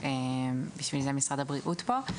בשביל זה משרד הבריאות פה.